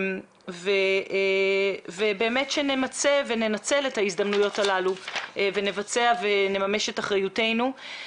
אני מבקשת שנמצה וננצל את ההזדמנויות הללו ונבצע ונממש את אחריותנו.